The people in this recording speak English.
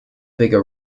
bigger